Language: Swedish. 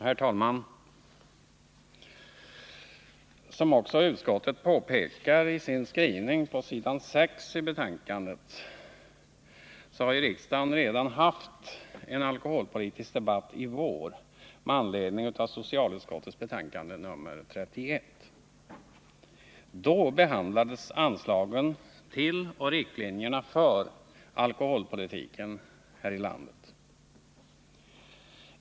Herr talman! Som utskottet också påpekar i sin skrivning på s.6 i betänkandet har ju riksdagen redan haft en alkoholpolitisk debatt i vår med anledning av socialutskottets betänkande nr 31. Då behandlades anslagen till och riktlinjerna för alkoholpolitiken här i landet.